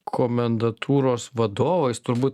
komendatūros vadovais turbūt